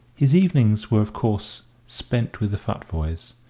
his evenings were of course spent with the futvoyes,